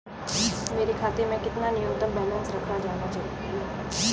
मेरे खाते में कितना न्यूनतम बैलेंस रखा जाना चाहिए?